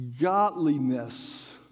godliness